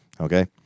okay